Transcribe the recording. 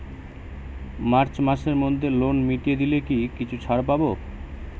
March মাসের মধ্যে loan মিটিয়ে দিলে কি কিছু ছাড় পাব?